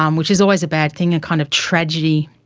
um which is always a bad thing, a kind of tragedy,